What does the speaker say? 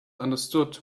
understood